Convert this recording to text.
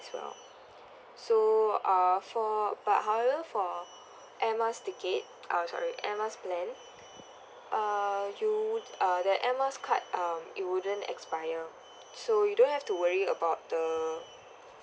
well so uh for but however for airmiles ticker uh sorry airmiles plan uh you would uh the airmiles cards um it wouldn't expire so you don't have to worry about the